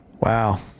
Wow